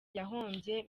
yahombye